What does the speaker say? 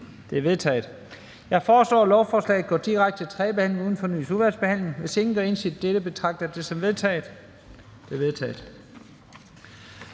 Det er vedtaget. Jeg foreslår, at lovforslagene går direkte til tredje behandling uden fornyet udvalgsbehandling. Hvis ingen gør indsigelse mod dette, betragter jeg det som vedtaget. Det er vedtaget.